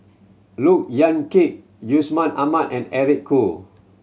Look Yan Kit Yusman Aman and Eric Khoo